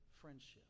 friendship